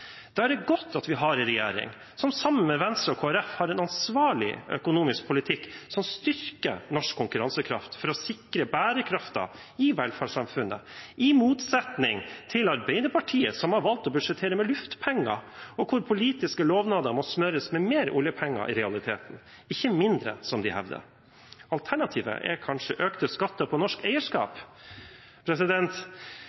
er det godt at vi har en regjering, som – sammen med Venstre og Kristelig Folkeparti – har en ansvarlig økonomisk politikk som styrker norsk konkurransekraft for å sikre bærekraften i velferdssamfunnet, i motsetning til Arbeiderpartiet, som har valgt å budsjettere med luftpenger, og hvor politiske lovnader i realiteten må smøres med mer oljepenger, ikke mindre, som de hevder. Alternativet er kanskje økte skatter på norsk eierskap.